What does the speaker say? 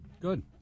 Good